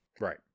Right